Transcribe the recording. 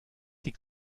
die